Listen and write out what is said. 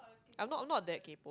I'm not not a that game